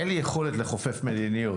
אין לי יכולת לכופף מדיניות.